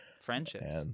Friendships